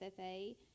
FFA